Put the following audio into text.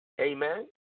Amen